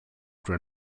for